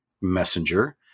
messenger